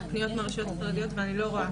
פניות מרשויות חרדיות ואני לא רואה.